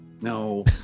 no